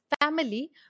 family